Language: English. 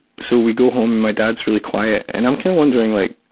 so we go home, and my dad's really quiet, and i'm kinda wondering like,